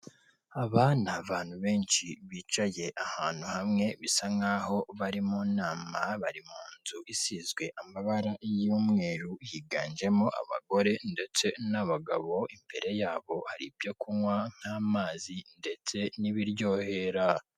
Aba ni abantu benshi bicaye ahantu hamwe bisa nkaho bari mu nama, bari mu nzu isizwe amabara y'umweru higanjemo abagore ndetse n'abagamo, imbere yabo hari ibyo kunywa nk'amazi ndetse n'ibiryohera.